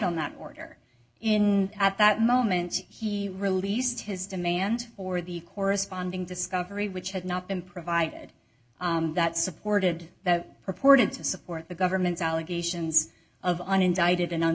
on that order in at that moment he released his demand or the corresponding discovery which had not been provided that supported the purported to support the government's allegations of unindicted